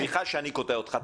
סליחה שאני קוטע אותך,